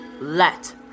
let